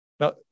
Now